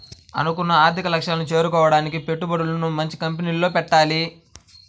అనుకున్న ఆర్థిక లక్ష్యాలను చేరుకోడానికి పెట్టుబడులను మంచి కంపెనీల్లో పెట్టాలి